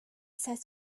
says